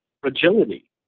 fragility